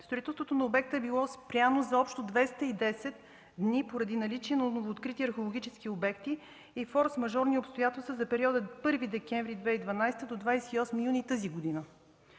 строителството е било спряно за общо 210 дни поради наличие на новооткрити археологически обекти и форсмажорни обстоятелства за периода 1 декември 2012 г. до 28 юни тази година.